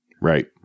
Right